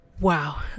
wow